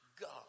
God